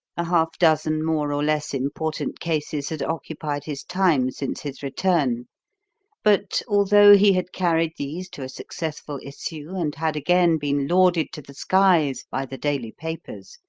a half-dozen more or less important cases had occupied his time since his return but, although he had carried these to a successful issue and had again been lauded to the skies by the daily papers,